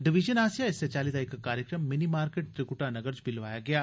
division आसेया इस्सै चाली दा इक कार्यक्रम मिनी मार्केट त्रिक्टा नगर च बी लोआया गेया